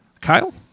Kyle